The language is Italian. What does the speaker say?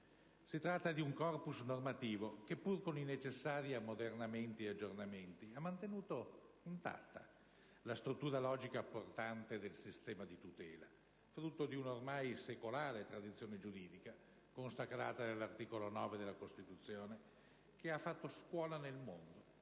Si tratta di un *corpus* normativo che, pur con i necessari ammodernamenti ed aggiornamenti, ha mantenuto intatta la struttura logica portante del sistema di tutela, frutto di un'ormai secolare tradizione giuridica - consacrata nell'articolo 9 della Costituzione - che ha fatto scuola nel mondo